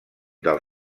del